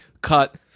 cut